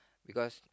because